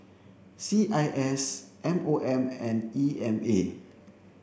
C I S M O M and E M A